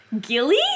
Gilly